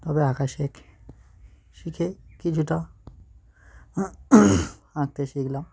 তবে আঁকা শেখ শিখে কিছুটা আঁকতে শিখলাম